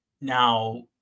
Now